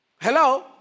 Hello